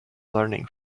learning